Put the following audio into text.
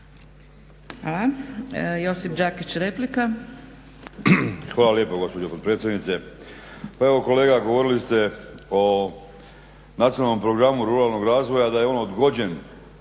**Đakić, Josip (HDZ)** Hvala lijepa gospođo potpredsjednice. Pa evo kolega, govorili ste o Nacionalnom programu ruralnog razvoja, da je on odgođen